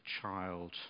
child